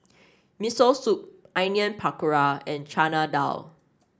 Miso Soup Onion Pakora and Chana Dal